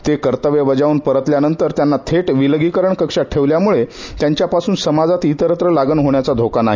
ते कर्तव्य बजावून परतल्यानंतर त्यांना थेट विलगीकरण कक्षा ठेवल्यामुळे त्यांच्यापासून समाजातील इतरत्र लागण होण्याचा धोका नाही